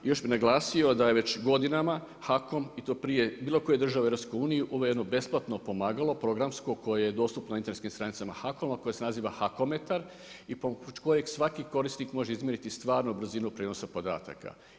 Još bi naglasio da je već godinama HAKOM i to prije bilo koje države EU uveo jedno besplatno pomagalo, programsko koje je dostupno internetskim stranicama HAKOM-a koji se naziva Hakometar i pomoću kojeg svaki korisnik može izmjeriti stvarnu brzinu prijenosa podataka.